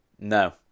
No